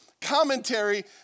commentary